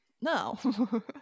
No